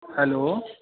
hello